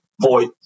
voice